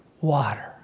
water